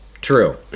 True